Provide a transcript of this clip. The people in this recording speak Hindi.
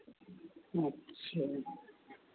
अच्छा